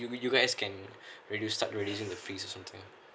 you guys can reduce start reducing the fee or something